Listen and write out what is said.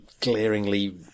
glaringly